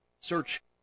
Search